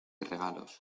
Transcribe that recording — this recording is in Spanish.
regalos